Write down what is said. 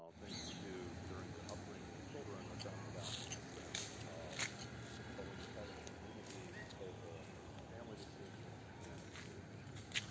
um things that we do during the upbringing of children, are done without consent. but when you're part of a community, it's both a family decision and a community decision.